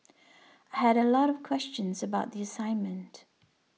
I had a lot of questions about the assignment